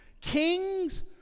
Kings